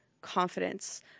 confidence –